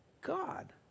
God